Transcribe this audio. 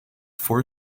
for